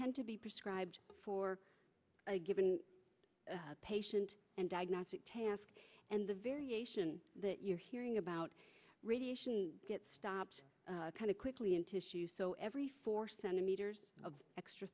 tend to be prescribed for a given patient and diagnostic task and the variation that you're hearing about radiation gets stopped kind of quickly in tissue so every four centimeters of extra